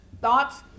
thoughts